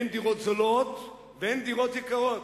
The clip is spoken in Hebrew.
אין דירות זולות ואין דירות יקרות.